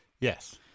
Yes